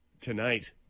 tonight